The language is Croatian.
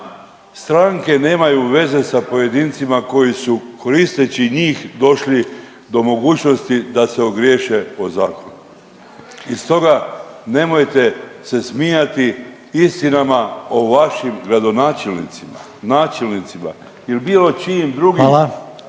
Stranke nemaju veze sa pojedincima koji su koristeći njih došli do mogućnosti da se ogriješe o zakon i stoga nemojte se smijati istinama o vašim gradonačelnicima, načelnicima ili bilo čijim drugim